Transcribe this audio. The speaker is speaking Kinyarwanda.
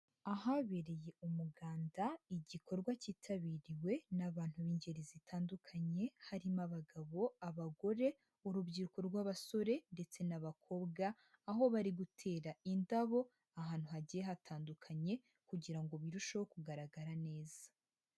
Ahabereye umuganda igikorwa kitabiriwe n'abantu b'ingeri zitandukanye harimo abagabo, abagore, urubyiruko rw'abasore ndetse n'abakobwa, aho bari gutera indabo ahantu hagiye hatandukanye kugira ngo birusheho kugaragara neza.